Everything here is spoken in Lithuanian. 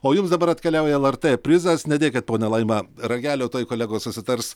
o jums dabar atkeliauja lrt prizas nedėkit ponia laima ragelio tuoj kolegos susitars